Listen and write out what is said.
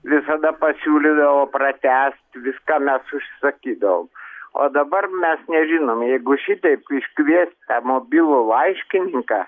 visada pasiūlydavo pratęst viską mes užsisakydavom o dabar mes nežinom jeigu šitaip iškviest tą mobilų laiškininką